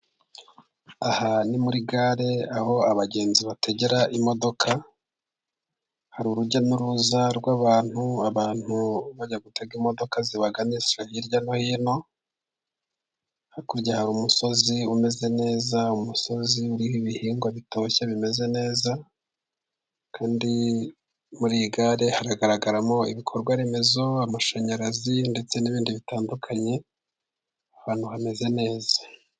Aha ni muri gare aho abagenzi bategera imodoka, hari urujya n'uruza rw'abantu abantu bajya gutega imodoka zibaganisha hirya no hino, hakurya hari umusozi umeze neza umusozi uriho ibihingwa bitoshye bimeze neza, kandi muri iyi gare haragaragaramo ibikorwa remezo amashanyarazi ndetse n'ibindi bitandukanye ahantu hameze neza.